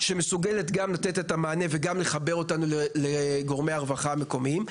שמסוגלת גם לתת את המענה וגם לחבר אותנו לגורמי הרווחה המקומיים.